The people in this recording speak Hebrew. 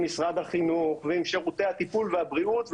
משרד החינוך ועם שירותי הטיפול והבריאות,